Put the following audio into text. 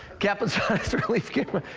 kaplan sinus relief camera.